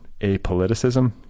apoliticism